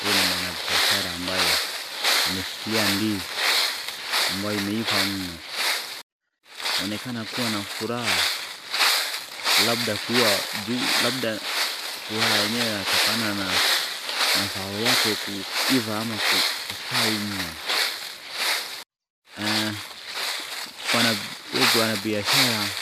Huu ni mwanabiashara ambaye ameshikilia ndizi ambao imeiva mno, yaonekana kuwa na furaha, labda furaha yenyewe yatokana na mazao yake kuiva ama kustawi mno. Mwanabiashara